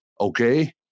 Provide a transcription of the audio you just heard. okay